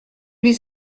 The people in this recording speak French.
les